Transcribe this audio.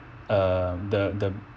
err the the